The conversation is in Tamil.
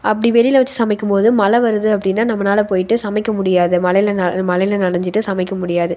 அப்படி வெளியில் வைச்சு சமைக்கும் போது மழை வருது அப்படின்னா நம்மனால் போயிட்டு சமைக்க முடியாது மழைல ந மழைல நனைஞ்சுட்டு சமைக்க முடியாது